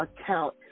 account